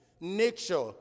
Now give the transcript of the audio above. nature